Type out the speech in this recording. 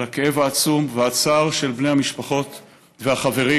על הכאב העצום והצער של בני המשפחות והחברים,